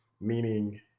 Meaning